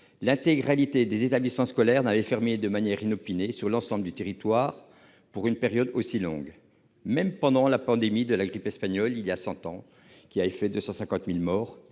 l'intégralité des établissements scolaires n'avait fermé de manière inopinée, sur l'ensemble du territoire, pour une période aussi longue, même pendant la pandémie de la grippe espagnole survenue il y a cent ans, occasionnant 250 000 morts